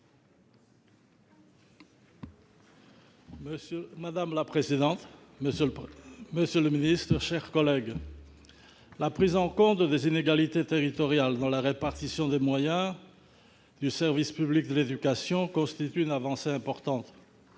Madame la présidente, monsieur le ministre, mes chers collègues, la prise en compte des inégalités territoriales dans la répartition des moyens du service public de l'éducation constitue une avancée importante.